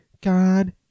God